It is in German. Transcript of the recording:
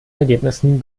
ergebnissen